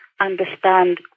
Understand